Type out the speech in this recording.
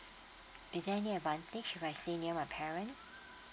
is there any advantage where I stay near my parent